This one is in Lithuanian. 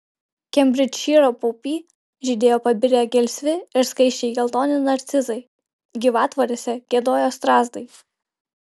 kembridžšyro paupy žydėjo pabirę gelsvi ir skaisčiai geltoni narcizai gyvatvorėse giedojo strazdai